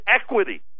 equity